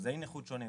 לאחוזי נכות שונים,